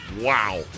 Wow